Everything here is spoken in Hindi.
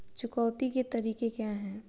चुकौती के तरीके क्या हैं?